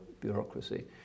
bureaucracy